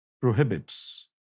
prohibits